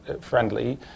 friendly